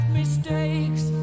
mistakes